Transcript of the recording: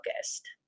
focused